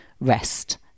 rest